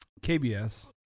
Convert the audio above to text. KBS